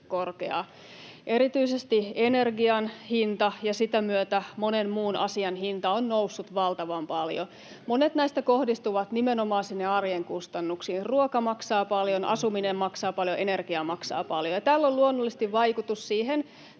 Erityisesti energian hinta ja sen myötä monen muun asian hinta on noussut valtavan paljon. Monet näistä kohdistuvat nimenomaan sinne arjen kustannuksiin. Ruoka maksaa paljon, asuminen maksaa paljon, energia maksaa paljon, ja tällä on luonnollisesti vaikutus siihen